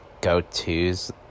go-tos